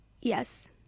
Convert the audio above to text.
Yes